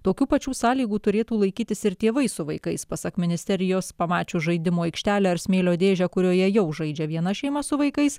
tokių pačių sąlygų turėtų laikytis ir tėvai su vaikais pasak ministerijos pamačius žaidimų aikštelę ar smėlio dėžę kurioje jau žaidžia viena šeima su vaikais